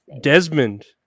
Desmond